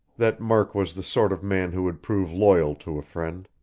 that murk was the sort of man who would prove loyal to a friend.